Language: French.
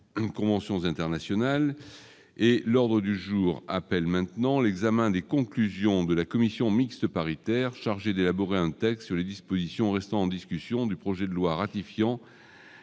l'ordre du jour appelle maintenant l'examen des conclusions de la commission mixte paritaire chargée d'élaborer un texte sur les dispositions restant en discussion du projet de loi ratifiant